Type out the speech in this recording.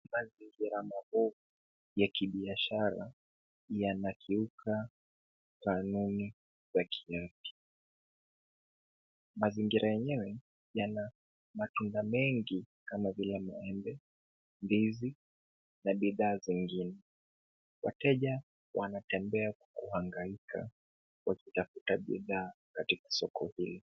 Mazingira mabovu ya kibiashara yanakiuka kanuni za kiafya. Mazingira yenyewe yana matunda mengi kama vile maembe, ndizi na bidhaa zingine. Wateja wanatembea kwa kuhangaika wakitafuta bidhaa katika soko hili.